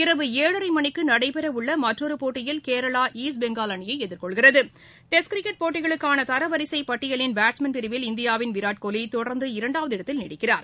இரவு ஏழனர மணிக்கு நடைபெறவுள்ள மற்றொரு போட்டியில் கேரளா ஈஸ்ட் பெங்கால் அணியை எகிர்கொள்கிறகட டெஸ்ட் கிரிக்கெட் போட்டிகளுக்கான தரவரிசைப் பட்டியலின் பேட்ஸ்மேன் பிரிவில் இந்தியாவின் விராட் கோலி தொடர்ந்து இரண்டாவது இடத்தில் நீடிக்கிறார்